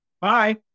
bye